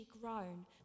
grown